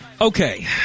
Okay